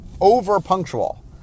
over-punctual